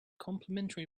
complimentary